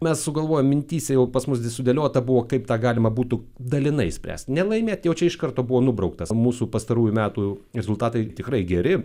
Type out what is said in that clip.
mes sugalvojom mintyse jau pas mus sudėliota buvo kaip tą galima būtų dalinai išspręst nelaimėt jau čia iš karto buvo nubrauktas mūsų pastarųjų metų rezultatai tikrai geri